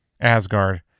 Asgard